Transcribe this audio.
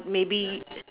maybe